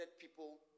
people